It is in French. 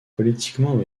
politiquement